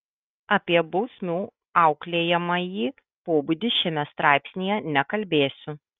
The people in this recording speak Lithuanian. apie bausmių auklėjamąjį pobūdį šiame straipsnyje nekalbėsiu